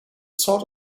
sort